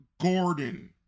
Gordon